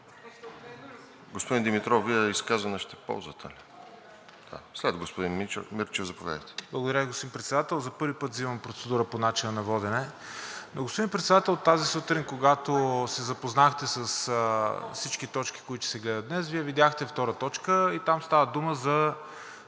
Господин Димитров, Вие изказване ще ползвате ли? След господин Мирчев, заповядайте. ИВАЙЛО МИРЧЕВ (ДБ): Благодаря Ви, господин Председател. За първи път взимам процедура по начина на водене. Но, господин Председател, тази сутрин, когато се запознахте с всички точки, които ще се гледат днес, Вие видяхте втора точка и там става дума за